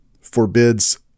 forbids